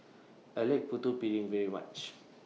I like Putu Piring very much